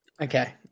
okay